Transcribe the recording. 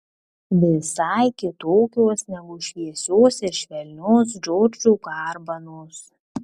visai kitokios negu šviesios ir švelnios džordžo garbanos